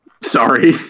Sorry